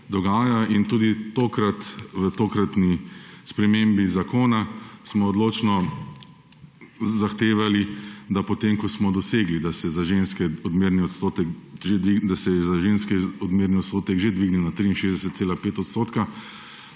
In tudi v tokratni spremembi zakona smo odločno zahtevali, da se po tem, ko smo dosegli, da se je za ženske odmerni odstotek že dvignil na 63,5 %, to